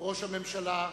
ראש הממשלה,